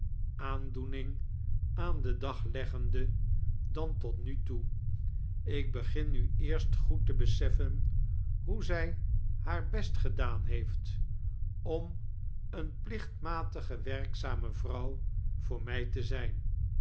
aandaaning aan den dag leggem de dan tot nu toe ik begin nu eerst goed te beseffeti hoe zij haar best gedaan heeft om eene plichtmatdge werkzame vrouw voor mij te zijn